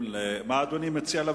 מה אדוני מציע?